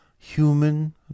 human